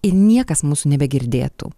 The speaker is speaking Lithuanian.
ir niekas mūsų nebegirdėtų